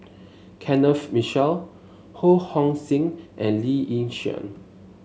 Kenneth Mitchell Ho Hong Sing and Lee Yi Shyan